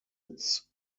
its